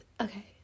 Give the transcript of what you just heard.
okay